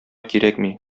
кирәкми